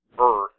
Earth